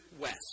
west